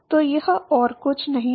तो यह और कुछ नहीं है